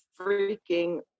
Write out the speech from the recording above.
freaking